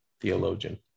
theologian